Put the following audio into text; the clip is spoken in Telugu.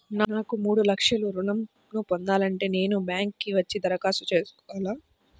నాకు మూడు లక్షలు ఋణం ను పొందాలంటే నేను బ్యాంక్కి వచ్చి దరఖాస్తు చేసుకోవాలా?